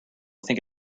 think